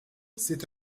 c’est